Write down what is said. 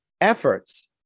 efforts